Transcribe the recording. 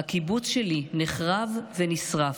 הקיבוץ שלי נחרב ונשרף.